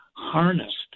harnessed